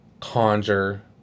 conjure